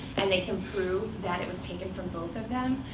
and they can prove that it was taken from both of them,